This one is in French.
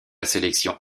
sélection